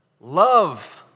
love